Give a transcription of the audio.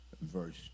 verse